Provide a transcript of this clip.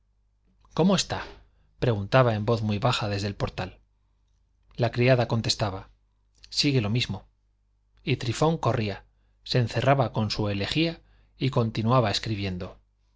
cómo está preguntaba en voz muy baja desde el portal la criada contestaba sigue lo mismo y trifón corría se encerraba con su elegía y continuaba escribiendo